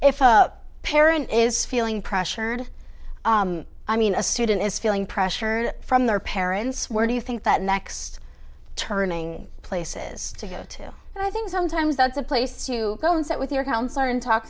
if a parent is feeling pressured i mean a student is feeling pressure from their parents where do you think that next turning place is to go to and i think sometimes that's a place to go and sit with your counselor and talk